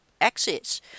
access